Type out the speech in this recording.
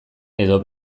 edo